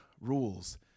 rules